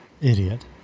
Idiot